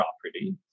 property